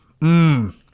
Mmm